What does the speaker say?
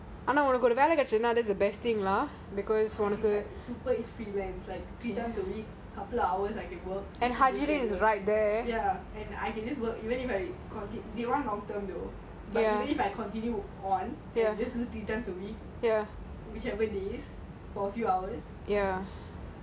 and it's like super easy like three times a week couple hours I can work fit into schedule ya and I can just work even if I continue they want long term though but even if I continue on and do three times a week